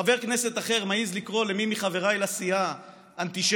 חבר כנסת אחר מעז לקרוא למי מחבריי לסיעה "אנטישמי".